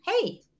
hey